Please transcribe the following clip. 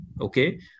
okay